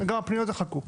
גם הפניות יחכו.